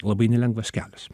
labai nelengvas kelias